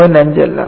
5 അല്ല